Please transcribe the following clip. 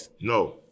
no